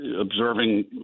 Observing